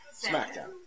SmackDown